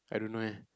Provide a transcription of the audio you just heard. I don't know eh